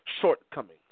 shortcomings